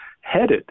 headed